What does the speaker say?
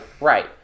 right